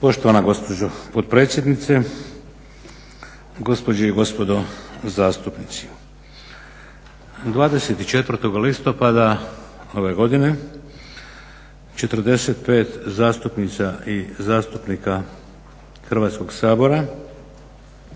Poštovana gospođo potpredsjednice, gospođe i gospodo zastupnici. 24. listopada ove godine 45 zastupnica i zastupnika Hrvatskog sabora